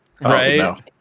Right